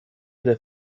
der